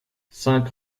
cinq